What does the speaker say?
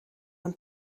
een